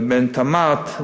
לבין תמ"ת,